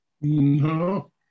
No